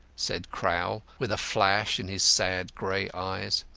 said crowl, with a flash in his sad grey eyes.